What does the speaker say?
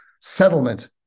settlement